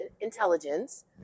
intelligence